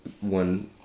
one